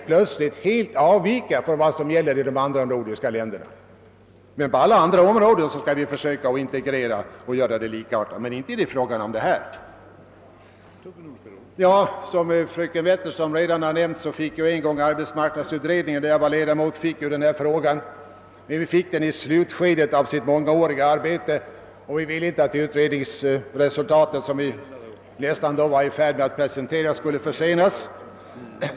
På alla områden utom detta skall vi försöka integrera och skapa likartade förhåilanden. Som fröken Wetterström redan har nämnt fick arbetsmarkandsutredningen, där jag var ledamot, på sin tid denna fråga på sin lott. Det var i slutskedet av utredningens mångåriga arbete. Vi ville inte att utredningsresultatet, som vi då nästan var i färd med att presentera, skulle försenas.